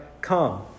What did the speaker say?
come